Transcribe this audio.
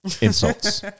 insults